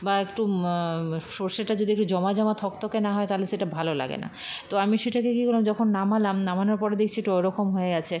বা একটু সরষেটা যদি একটু জমা জমা থকথকে না হয় তাহলে সেটা ভালো লাগে না তো আমি সেটাকে কী করলাম যখন নামালাম নামানোর পরে দেখছি একটু ওরকম হয়ে আছে